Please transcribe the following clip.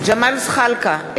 ג'מאל זחאלקה,